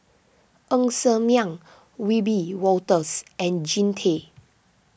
Ng Ser Miang Wiebe Wolters and Jean Tay